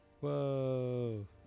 Whoa